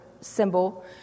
symbol